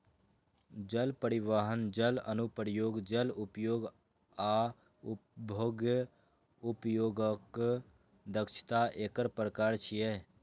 जल परिवहन, जल अनुप्रयोग, जल उपयोग आ उपभोग्य उपयोगक दक्षता एकर प्रकार छियै